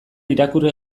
irakurri